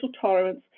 tolerance